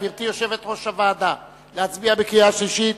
גברתי יושבת-ראש הוועדה, להצביע בקריאה שלישית?